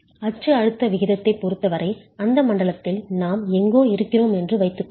அச்சு அழுத்த விகிதத்தைப் பொருத்தவரை அந்த மண்டலத்தில் நாம் எங்கோ இருக்கிறோம் என்று வைத்துக்கொள்வோம்